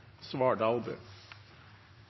Så det